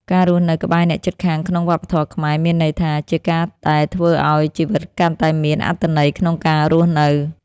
ការរស់នៅក្បែរអ្នកជិតខាងក្នុងវប្បធម៌ខ្មែរមានន័យថា ជាការដែលធ្វើឲ្យជីវិតកាន់តែមានអត្ថន័យក្នុងការរស់នៅ។